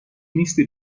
نیستی